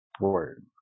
Word